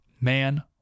man